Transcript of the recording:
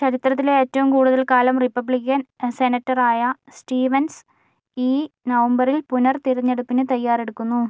ചരിത്രത്തിലെ ഏറ്റവും കൂടുതൽ കാലം റിപ്പബ്ലിക്കൻ സെനറ്ററായ സ്റ്റീവൻസ് ഈ നവംബറിൽ പുനർ തിരഞ്ഞെടുപ്പിന് തയ്യാറെടുക്കുന്നു